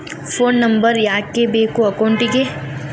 Phone number ಯಾಕೆ ಬೇಕು ಅಕೌಂಟಿಗೆ?